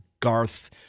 Garth